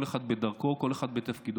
כל אחד בדרכו וכל אחד בתפקידו,